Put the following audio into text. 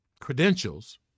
credentials